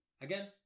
again